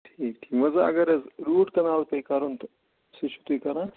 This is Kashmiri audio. ٹھیٖک ٹھیٖک وۅنۍ زن اَگر حظ روٗٹ کَنال پیٚیہِ کَرُن تہٕ سُہ چھُو تُہۍ کَران